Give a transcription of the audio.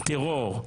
טרור.